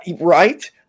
Right